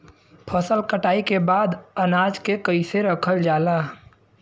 फसल कटाई के बाद अनाज के कईसे रखल जाला?